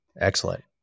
Excellent